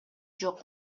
эмес